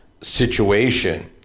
situation